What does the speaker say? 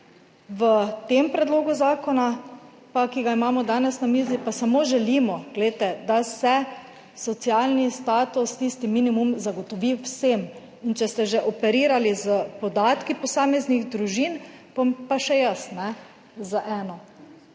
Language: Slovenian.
V tem predlogu zakona, ki ga imamo danes na mizi, pa samo želimo, da se socialni status, tisti minimum zagotovi vsem. Če ste že operirali s podatki posameznih družin, bom pa še jaz z eno.